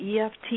EFT